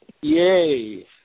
Yay